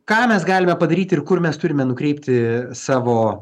ką mes galime padaryti ir kur mes turime nukreipti savo